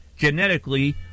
genetically